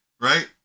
Right